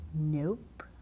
nope